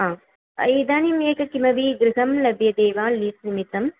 हा इदानीम् एक किमपि गृहं लभ्यते वा लीस् निमित्तं